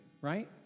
Right